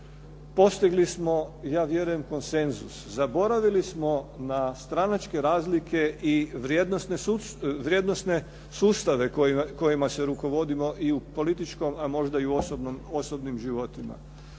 postigli smo ja vjerujem konsenzus, zaboravili smo na stranačke razlike i vrijednosne sustave kojima se rukovodimo i u političkom a možda i u osobnim životima.